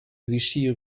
vichy